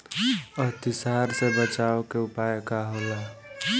अतिसार से बचाव के उपाय का होला?